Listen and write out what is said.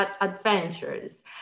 adventures